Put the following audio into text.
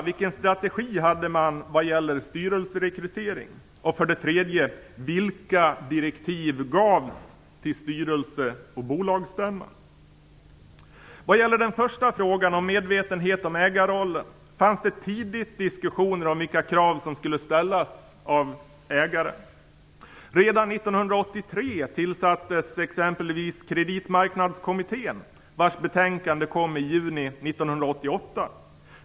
Vilken strategi hade regeringen vad gäller styrelserekrytering? Vad gäller den första frågan om medvetenhet om ägarrollen fanns det tidigt diskussioner om vilka krav som skulle ställas av ägaren. Redan 1983 tillsattes exempelvis Kreditmarknadskommittén, vars betänkande kom i juni 1988.